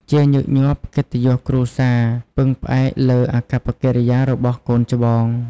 ជាញឹកញាប់ កិត្តិយសគ្រួសារពឹងផ្អែកលើអាកប្បកិរិយារបស់កូនច្បង។